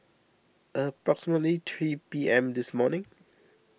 approximately three P M this morning